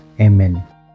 Amen